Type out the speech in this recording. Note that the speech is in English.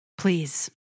please